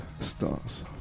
stars